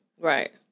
Right